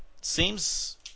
seems